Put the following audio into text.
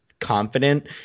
Confident